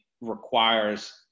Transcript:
requires